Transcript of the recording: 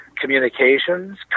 communications